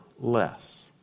less